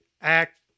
act